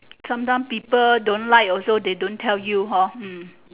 sometimes people don't like also they also don't tell you hor hmm